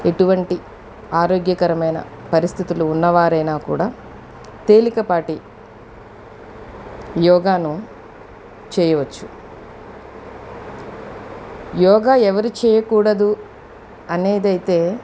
ఎటువంటి ఆరోగ్యకరమైన పరిస్థితులు ఉన్న వారైనా కూడా తేలిక పాటి యోగాను చేయవచ్చు యోగా ఎవరు చేయకూడదు అనేదైతే